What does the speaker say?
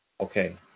Okay